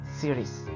series